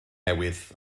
newydd